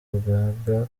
rugaga